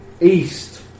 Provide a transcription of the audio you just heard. East